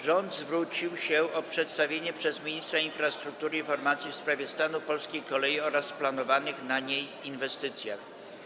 Rząd zwrócił się o przedstawienie przez ministra infrastruktury informacji w sprawie stanu polskiej kolei oraz planowanych na niej inwestycjach.